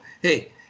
hey